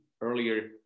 earlier